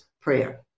prayer